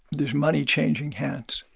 there's money changing hands.